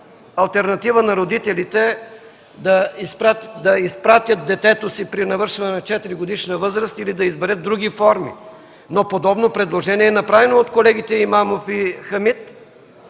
алтернатива на родителите да изпратят детето си при навършване на 4-годишна възраст, или да изберат други форми, но подобно предложение е направено от колегите Имамов и Хамид.